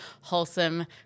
wholesome